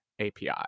api